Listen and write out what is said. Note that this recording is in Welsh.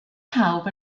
pawb